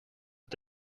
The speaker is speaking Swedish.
att